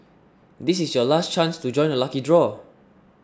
this is your last chance to join the lucky draw